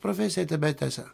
profesiją tebetęsia